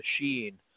Machine